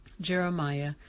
Jeremiah